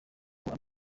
haram